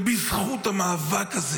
ובזכות המאבק הזה